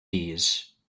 bees